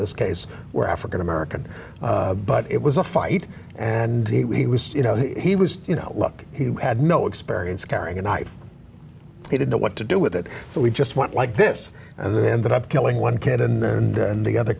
this case were african american but it was a fight and he was you know he was you know look he had no experience carrying a knife they didn't know what to do with it so we just went like this and they ended up killing one kid and the other